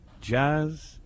jazz